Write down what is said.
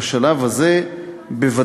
בשלב הזה בוודאי,